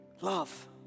Love